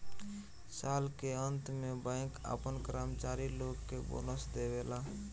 साल के अंत में बैंक आपना कर्मचारी लोग के बोनस देवेला